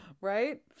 Right